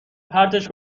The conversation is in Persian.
پرتش